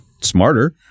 smarter